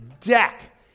deck